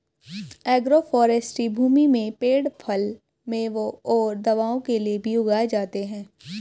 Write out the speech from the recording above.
agroforestry भूमि में पेड़ फल, मेवों और दवाओं के लिए भी उगाए जाते है